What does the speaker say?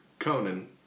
Conan